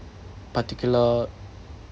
particular